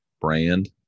brand